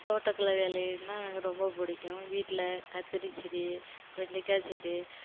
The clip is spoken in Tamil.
தோட்டக்கலை வேலையினால் எனக்கு ரொம்ப பிடிக்கும் வீட்டில் கத்திரி செடி வெண்டைக்கா செடி